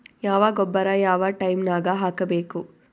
ಯಾವ ಗೊಬ್ಬರ ಯಾವ ಟೈಮ್ ನಾಗ ಹಾಕಬೇಕು?